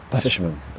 fisherman